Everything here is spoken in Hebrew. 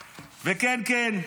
וכן, כן,